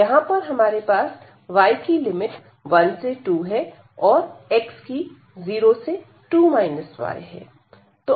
यहां पर हमारे पास y की लिमिट 1 से 2 है और x की 0 से 2 y है